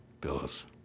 bills